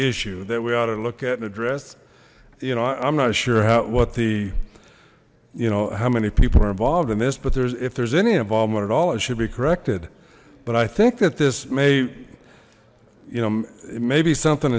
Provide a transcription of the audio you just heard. issue that we ought to look at and address you know i'm not sure how what the you know how many people are involved in this but there's if there's any involvement at all it should be corrected but i think that this may you know maybe something